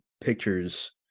pictures